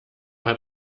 hat